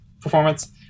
performance